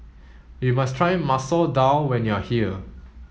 you must try Masoor Dal when you are here